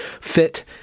fit